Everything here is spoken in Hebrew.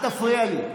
אל תפריע לי,